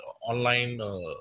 online